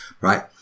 right